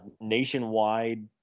nationwide –